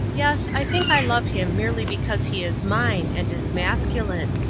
yes, i think i love him merely because he is mine and is masculine.